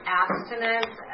abstinence